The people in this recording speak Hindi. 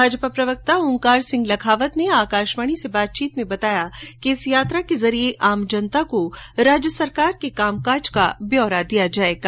भाजपा प्रवक्ता ओंकार सिंह लखावत ने आकाशवाणी से बातचीत में बताया कि इस यात्रा के जरिए आम जनता को राज्य सरकार के कामकाज का ब्यौरा दिया जाएगा